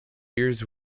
years